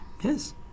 Yes